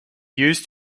used